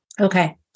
Okay